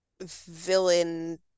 villain